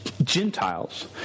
Gentiles